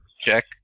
check